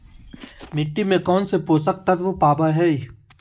मिट्टी में कौन से पोषक तत्व पावय हैय?